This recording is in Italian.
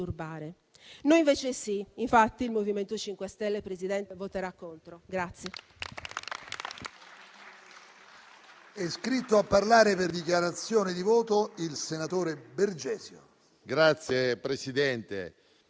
Noi invece sì, infatti il MoVimento 5 Stelle, Presidente, voterà contro il